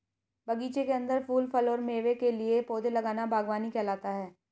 बगीचे के अंदर फूल, फल और मेवे के लिए पौधे लगाना बगवानी कहलाता है